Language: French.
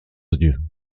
odieux